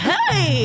Hey